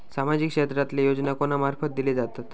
सामाजिक क्षेत्रांतले योजना कोणा मार्फत दिले जातत?